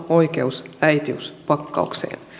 oikeus äitiyspakkaukseen